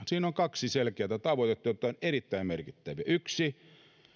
siinä on kaksi selkeätä tavoitetta jotka ovat erittäin merkittäviä yksi